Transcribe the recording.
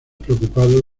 preocupado